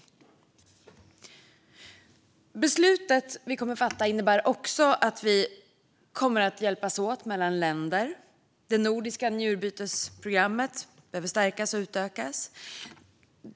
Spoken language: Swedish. Det beslut som kommer att fattas innebär också att vi kommer att hjälpas åt mellan länder. Det nordiska njurbytesprogrammet behöver stärkas och utökas.